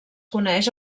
coneix